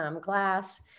glass